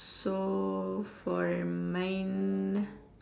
so for mine